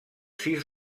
sis